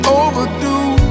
overdue